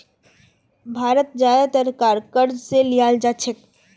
भारत ज्यादातर कार क़र्ज़ स लीयाल जा छेक